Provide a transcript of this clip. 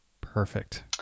Perfect